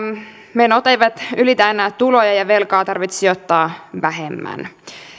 menot eivät ylitä enää tuloja ja velkaa tarvitsisi ottaa vähemmän